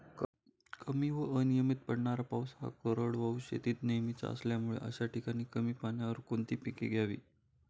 कमी व अनियमित पडणारा पाऊस हा कोरडवाहू शेतीत नेहमीचा असल्यामुळे अशा ठिकाणी कमी पाण्यावर कोणती पिके घ्यावी?